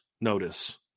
notice